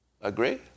Agree